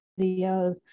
videos